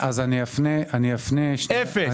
אז אני אפנה, אני אפנה --- אפס.